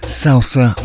salsa